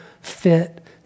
fit